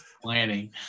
planning